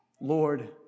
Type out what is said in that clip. Lord